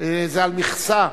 זה על מכסה.